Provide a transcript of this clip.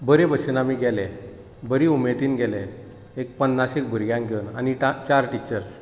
बरे भाशेन आमी गेले बरे उमेदीन गेले एक पन्नास एक भुरग्यांक घेवन आनी चार टीचर्स